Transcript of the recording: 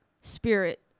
spirit